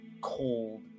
cold